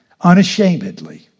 Unashamedly